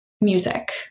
music